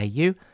au